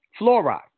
Fluoride